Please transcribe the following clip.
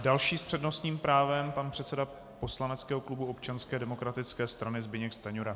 Další s přednostním právem pan předseda poslaneckého klubu Občanské demokratické strany Zbyněk Stanjura.